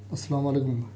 السلام علیکم